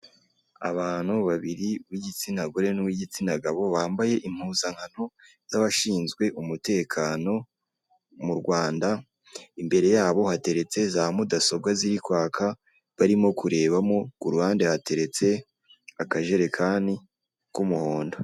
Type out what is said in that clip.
Abantu babiri uw'igitsina gore n'uw'igitsina gabo bambaye impuzankano z'abashinzwe umutekano mu Rwanda, imbere yabo hateretse za mudasobwa ziri kwaka barimo kurebamo, ku ruhande hateretse akajerekani k'umuhondo.